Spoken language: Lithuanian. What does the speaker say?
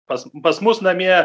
pas pas mus namie